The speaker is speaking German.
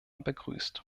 begrüßt